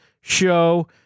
show